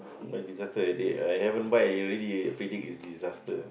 disaster already I haven't buy you already predict it's disaster